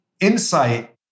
insight